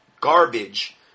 garbage